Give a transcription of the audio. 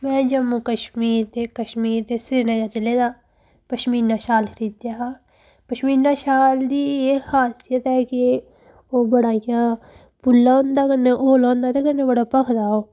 में जम्मू कश्मीर दे कश्मीर दे श्रीनगर जि'ल़े दा पश्मीना शाल खरीदेआ हा पश्मीना शाल दी एह् खासियत ऐ कि ओह् बड़ा इ'यां भुल्ला होंदा कन्नै होला होंदा ते कन्नै बड़ा भखदा ओह्